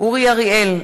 אורי אריאל,